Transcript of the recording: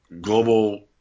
Global